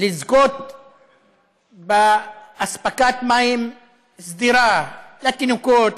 לזכות באספקת מים סדירה לתינוקות,